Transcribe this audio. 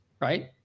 Right